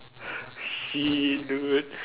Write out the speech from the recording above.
shit dude